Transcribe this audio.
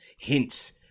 hints